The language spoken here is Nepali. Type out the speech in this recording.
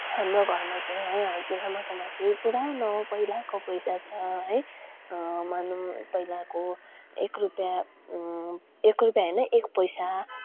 हाम्रो घरमा चाहिँ है हजुरआमाकोमा चाहिँ पुरानो पहिलाको पैसा छ है मानौँ पहिलाको एक रुपियाँ एक रुपियाँ होइन एक पैसा